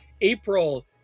April